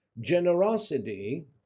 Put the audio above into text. Generosity